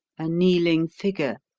a kneeling figure,